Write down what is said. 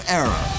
era